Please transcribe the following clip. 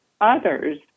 others